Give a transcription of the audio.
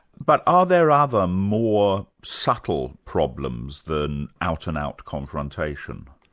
but are there other, more subtle problems than out-and-out confrontation?